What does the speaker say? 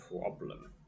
problem